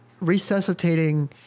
resuscitating